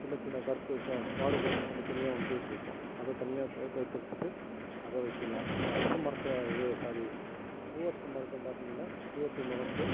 சின்ன சின்ன கருத்து இப்போ வாழை குருத்து தனித்தனியாக வந்துட்டுருக்கும் அதை தனியாக பேத்து எடுத்துவிட்டு அதை வைக்கலாம் இப்போ அரச மரத்தை இது சாரி பூவரசம் மரத்தை பார்த்திங்கனா பூவரசம் மரத்தை